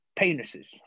penises